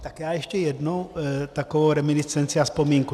Já ještě jednu takovou reminiscenci a vzpomínku.